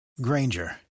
Granger